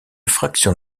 fraction